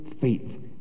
faith